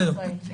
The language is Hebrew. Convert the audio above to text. בסדר.